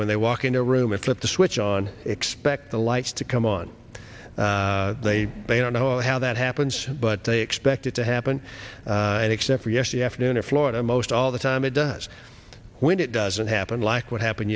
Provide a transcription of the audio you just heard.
when they walk into a room and flip the switch on expect the lights to come on they don't know how that happens but they expect it to happen and except for yesterday afternoon in florida most all the time it does when it doesn't happen like what happened